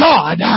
God